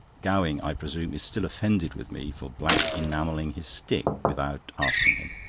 gowing, i presume, is still offended with me for black enamelling his stick without asking him.